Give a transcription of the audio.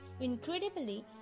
Incredibly